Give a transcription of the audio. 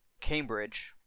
Cambridge –